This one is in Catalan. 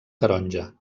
taronja